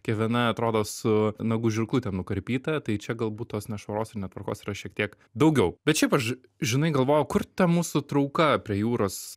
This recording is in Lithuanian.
kiekviena atrodo su nagų žirklutėm nukarpyta tai čia galbūt tos nešvaros ir netvarkos yra šiek tiek daugiau bet šiaip aš žinai galvojau kur ta mūsų trauka prie jūros